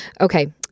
Okay